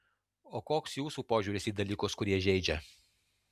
o koks jūsų požiūris į dalykus kurie žeidžia